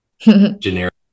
generic